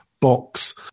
box